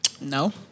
No